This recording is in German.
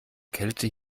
kälte